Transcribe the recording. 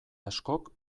askok